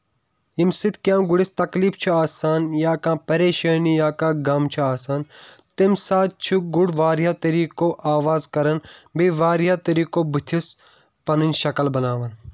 ییٚمہِ سۭتۍ کیٚنٛہہ گُرس تکلیف چھُ آسان یا کانٛہہ پریشٲنی یا کانٛہہ غم چھُ آسان تَمہِ ساتہٕ چھُ گُر واریاہو طٔریٖقو آواز کران بیٚیہِ واریاہو طٔریٖقو بٕتھِس پَنٕنۍ شکٕلۍ بَناوان